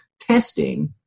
testing